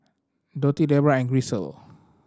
Dotty Debra and Grisel